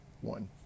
one